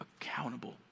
accountable